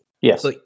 yes